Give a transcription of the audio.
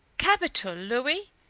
capital, louis!